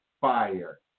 fire